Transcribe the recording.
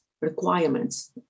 requirements